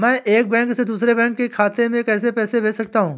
मैं एक बैंक से दूसरे बैंक खाते में पैसे कैसे भेज सकता हूँ?